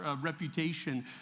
reputation